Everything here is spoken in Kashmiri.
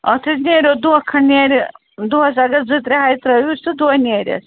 اَتھ حظ نیرو دۄہ کھنٛڈ نیرِ دۄہَس اگر زٕ ترٛےٚ ہچ ترٛٲہوس تہٕ دۄہ نیرٮ۪س